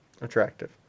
attractive